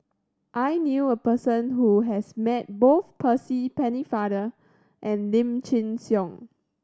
I knew a person who has met both Percy Pennefather and Lim Chin Siong